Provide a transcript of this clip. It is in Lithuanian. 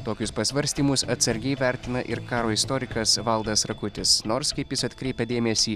tokius pasvarstymus atsargiai vertina ir karo istorikas valdas rakutis nors kaip jis atkreipia dėmesį